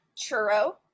Churro